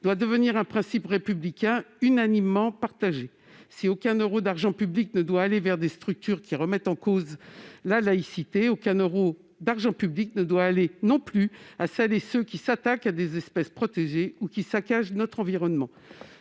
doit devenir un principe républicain unanimement partagé. Si aucun euro d'argent public ne doit aller à des structures qui remettent en cause la laïcité, aucun euro d'argent public ne doit non plus aller à celles et ceux qui s'attaquent à des espèces protégées ou qui saccagent notre environnement.